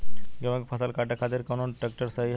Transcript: गेहूँक फसल कांटे खातिर कौन ट्रैक्टर सही ह?